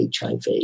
HIV